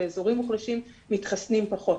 באזורים מוחלשים מתחסנים פחות,